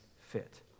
fit